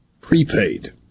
prepaid